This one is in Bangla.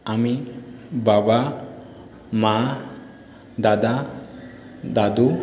আমি বাবা মা দাদা দাদু